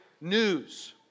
news